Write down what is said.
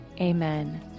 amen